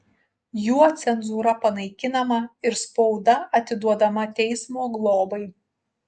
juo cenzūra panaikinama ir spauda atiduodama teismo globai